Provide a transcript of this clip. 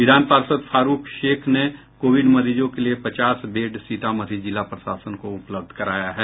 विधान पार्षद फारूख शेख ने कोविड मरीजों के लिए पचास बेड सीतामढ़ी जिला प्रशासन को उपलब्ध कराया है